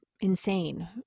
insane